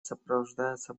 сопровождается